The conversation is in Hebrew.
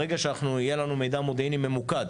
ברגע שיהיה לנו מידע מודיעיני ממוקד